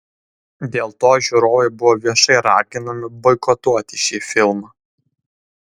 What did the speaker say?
dėl to žiūrovai buvo viešai raginami boikotuoti šį filmą